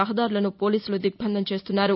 రహదారులను పోలీసులు దిగ్బంధం చేస్తున్నారు